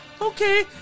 Okay